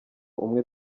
umwe